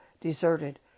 deserted